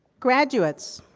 graduates,